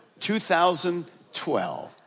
2012